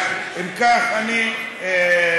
אז אם כך, אני מסיים.